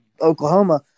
Oklahoma